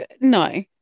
No